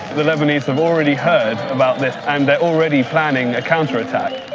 the lebanese have already heard about this and they're already planning a counterattack